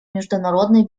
международной